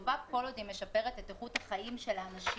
טכנולוגיה היא טובה כל עוד היא משפרת את איכות החיים של האנשים,